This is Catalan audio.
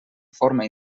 forma